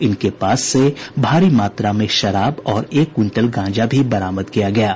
इनके पास से भारी मात्रा में शराब और एक क्विंटल गांजा भी बरामद किया गया है